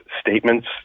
statements